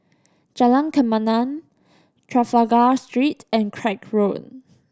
Jalan Kemaman Trafalgar Street and Craig Road